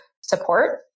support